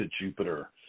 Jupiter